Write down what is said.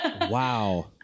Wow